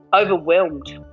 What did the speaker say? overwhelmed